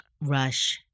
rush